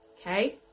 okay